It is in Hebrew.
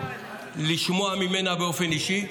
לשמוע ממנה באופן אישי.